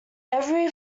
every